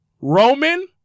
Roman